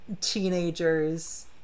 teenagers